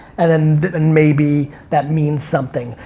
and then and maybe that means something.